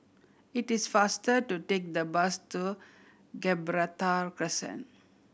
it is faster to take the bus to Gibraltar Crescent